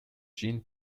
jean